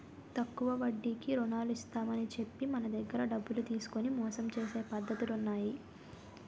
తక్కువ వడ్డీకి రుణాలు ఇస్తామని చెప్పి మన దగ్గర డబ్బులు తీసుకొని మోసం చేసే పద్ధతులు ఉన్నాయి